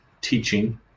teaching